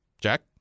Jack